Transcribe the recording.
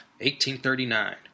1839